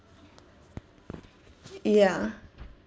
ya